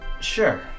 Sure